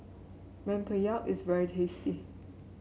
Rempeyek is very tasty